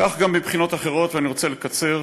כך גם מבחינות אחרות, ואני רוצה לקצר.